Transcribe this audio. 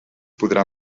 podrà